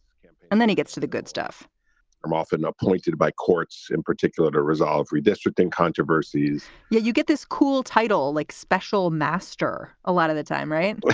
and then he gets to the good stuff i'm often appointed by courts in particular to resolve redistricting controversies yeah you get this cool title like special master. a lot of the time, right? but